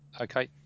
okay